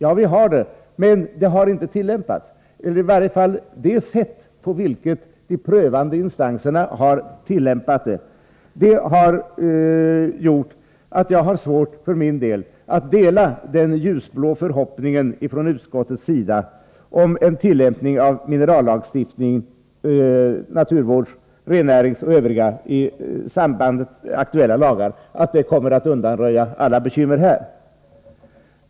Ja, men det beslutet har inte tillämpats eller i varje fall tillämpats på sådant sätt av de prövande instanserna att jag för min del har svårt att dela utskottets ljusblå förhoppning om att tillämpningen av minerallagstiftningen när det gäller naturvården och rennäringen kommer att undanröja alla bekymmer.